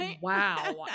wow